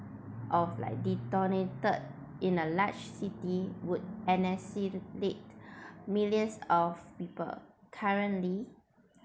of like detonated in a large city would anniliate millions of people currently